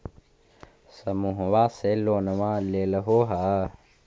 समुहवा से लोनवा लेलहो हे?